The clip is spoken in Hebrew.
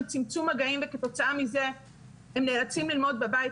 צמצום מגעים וכתוצאה מזה הם נאלצים ללמוד בבית.